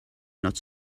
not